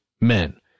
men